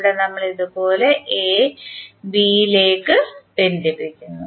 ഇവിടെ നമ്മൾ ഇതുപോലെ എ ബിയിലേക്ക് ബന്ധിപ്പിക്കുന്നു